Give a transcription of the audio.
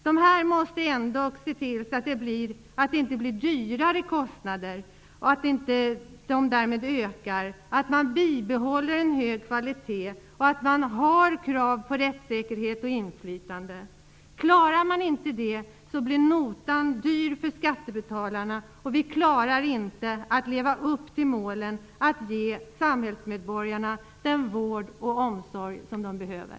Man måste se till så att kostnaderna inte blir högre, att en hög kvalitet bibehålls och att det ställs krav på rättssäkerhet och inflytande. Klarar man inte det blir notan dyr för skattebetalarna, och vi klarar inte av att leva upp till målet att ge samhällsmedborgarna den vård och omsorg som de behöver.